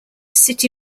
city